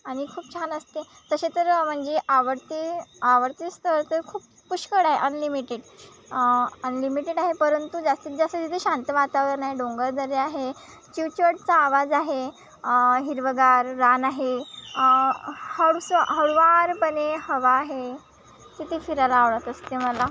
आणि खूप छान असते तसे तर म्हणजे आवडते आवडते स्थळ तर खूप पुष्कळ आहे अनलिमिटेड अनलिमिटेड आहे परंतु जास्तीत जास्त तिथे शांत वातावरण आहे डोंगरदऱ्या आहे चिवचिवाटचा आवाज आहे हिरवंगार रान आहे हळूच हळुवारपणे हवा आहे तिथे फिरायला आवडत असते मला